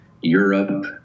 europe